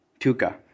Tuca